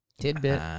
Tidbit